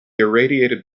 irradiated